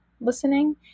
listening